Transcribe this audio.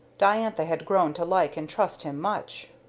diantha had grown to like and trust him much.